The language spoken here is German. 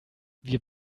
wir